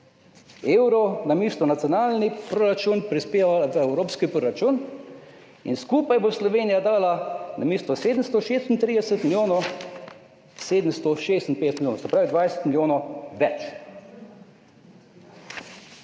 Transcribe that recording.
evrov namesto v nacionalni proračun prispevala v evropski proračun, in skupaj bo Slovenija dala namesto 736 milijonov 756 milijonov, se pravi 20 milijonov več.